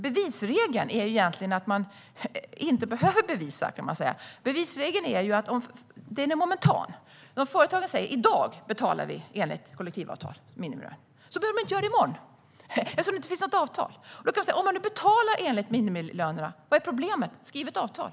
Denna regel innebär egentligen att man inte behöver bevisa något, kan man säga. Bevisregeln är momentan. Om företag säger att de i dag betalar minimilön enligt kollektivavtal betyder inte detta att de behöver göra det i morgon, eftersom det inte finns något avtal. Om man nu betalar enligt minimilönerna, vad är då problemet? Skriv ett avtal!